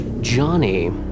Johnny